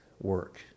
work